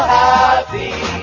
happy